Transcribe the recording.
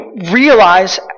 realize